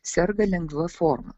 serga lengva forma